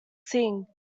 sing